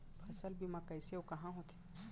फसल बीमा कइसे अऊ कहाँ होथे?